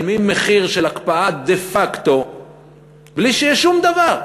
מחיר של הקפאה דה-פקטו בלי שיהיה שום דבר?